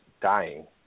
dying